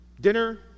dinner